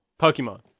Pokemon